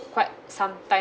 quite some time